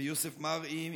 ויוסף מרעי,